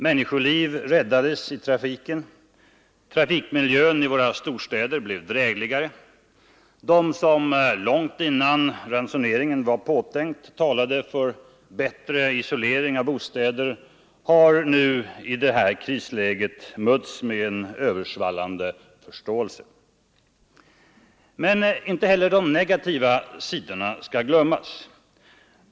Människoliv räddades i trafiken, trafikmiljön i våra storstäder blev drägligare, de som redan långt innan ransoneringen var påtänkt talade för bättre isolering av bostäder har nu i krisläget mötts av en översvallande förståelse. Men inte heller de negativa sidorna skall glömmas.